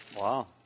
Wow